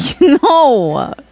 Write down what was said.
No